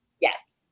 Yes